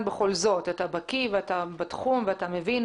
אתה בקיא, ואתה בתחום, ואתה מבין